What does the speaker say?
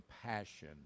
compassion